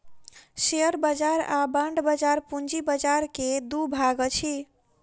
share बाजार आ bond बाजार पूंजी बाजार के दू भाग अछि